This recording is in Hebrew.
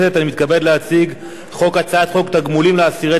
אני מתכבד להציג את הצעת חוק תגמולים לאסירי ציון